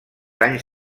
anys